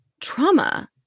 trauma